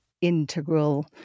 integral